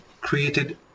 created